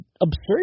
absurd